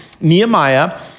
Nehemiah